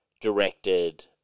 directed